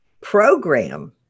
program